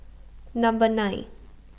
Number nine